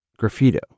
graffito